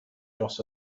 dros